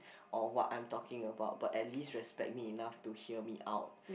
or what I'm talking about but at least respect me enough to hear me out